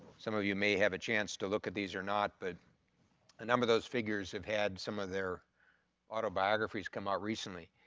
some of you may have a chance to look at these or not but a number of those figures have had some of their autobiographies come out recently.